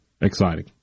exciting